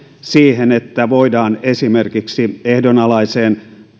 siihen että voidaan esimerkiksi ehdonalaiseen